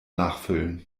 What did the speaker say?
nachfüllen